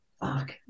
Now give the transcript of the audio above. fuck